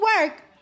work